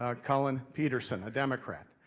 ah collin peterson, a democrat.